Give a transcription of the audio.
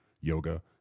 yoga